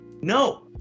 no